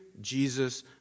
Jesus